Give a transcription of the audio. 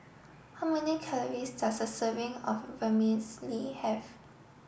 how many calories does a serving of Vermicelli have